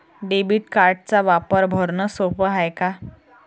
Debit कार्डचा वापर भरनं सोप हाय का?